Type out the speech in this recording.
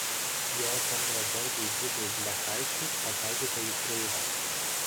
jo bendradarbiui vidui blekaičiui pataikyta į pilvą